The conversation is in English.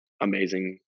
amazing